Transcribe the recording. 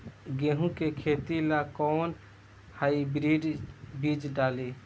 गेहूं के खेती ला कोवन हाइब्रिड बीज डाली?